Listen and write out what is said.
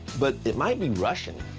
but it might be russian.